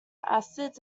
acids